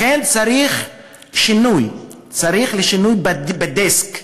לכן, צריך שינוי, צריך שינוי בדיסק.